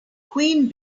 queen